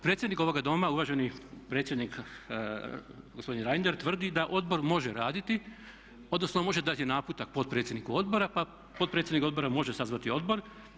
Predsjednik ovoga doma uvaženi predsjednik gospodin Reiner tvrdi da odbor može raditi, odnosno može dati naputak potpredsjedniku odbora pa potpredsjednik odbora može sazvati odbor.